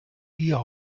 hier